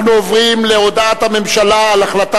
אנחנו עוברים להודעת הממשלה על החלטה